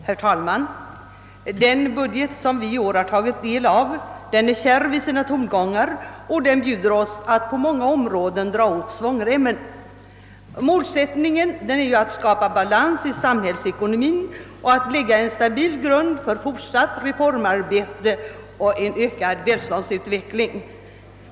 Herr talman! Den budget som vi i år har tagit del av är kärv i sina tongångar och den bjuder oss att på många områden »dra åt svångremmen». Målsättningen är ju att skapa balans i samhällsekonomien och att lägga en stabil grund för fortsatt reformarbete och fortsatt välståndsutveckling.